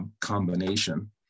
combination